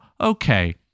okay